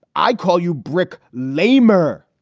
i call you brick lamer,